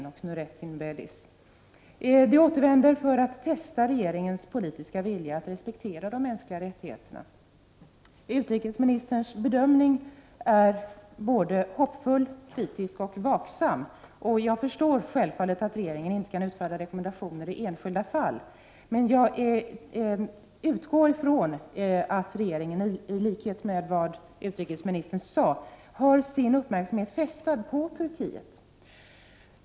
ä E 3 äv A : fr sd arbetsförmedlingar är De återvänder för att testa regeringens politiska vilja att respektera de ä a medlemmar i föremänskliga rättigheterna. är tagarföreningar Utrikesministerns bedömning är både hoppfull, kritisk och vaksam. Jag förstår självfallet att regeringen inte kan utfärda rekommendationer i enskilda fall, men jag utgår från att regeringen, i likhet med vad utrikesministern sade, har sin uppmärksamhet fästad på Turkiet.